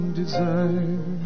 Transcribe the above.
desire